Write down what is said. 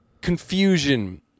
confusion